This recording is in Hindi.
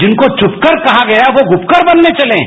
जिनको चुपकर कहा गया वो गुपकर बनने चले हैं